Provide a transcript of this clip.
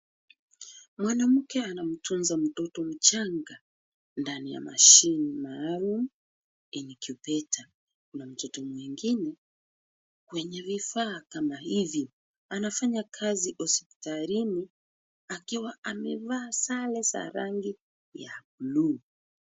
Mwanamke anamtunza mtoto mchanga ndani ya mashine maalum, incubator . Kuna mtoto mwingine kwenye vifaa kama hivi. Anafanya kazi hospitalini akiwa amevaa sare za rangi ya bluu.